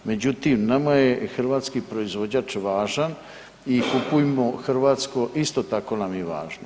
Međutim, nama je hrvatski proizvođač važan i kupujmo hrvatsko isto tako nam je važno.